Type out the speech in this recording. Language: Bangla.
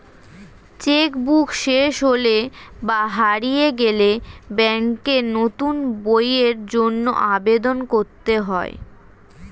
চেক বুক শেষ হলে বা হারিয়ে গেলে ব্যাঙ্কে নতুন বইয়ের জন্য আবেদন করতে হয়